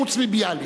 חוץ מלביאליק.